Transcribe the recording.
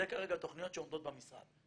אלה כרגע התכניות שעומדות במשרד.